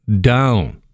down